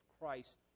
Christ